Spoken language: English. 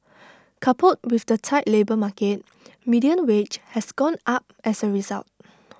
coupled with the tight labour market median wage has gone up as A result